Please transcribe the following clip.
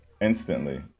Instantly